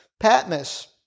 Patmos